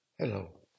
Hello